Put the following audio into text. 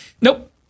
Nope